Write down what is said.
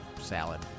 salad